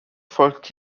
folgt